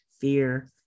fear